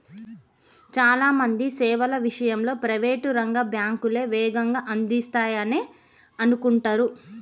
చాలా మంది సేవల విషయంలో ప్రైవేట్ రంగ బ్యాంకులే వేగంగా అందిస్తాయనే అనుకుంటరు